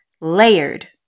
Layered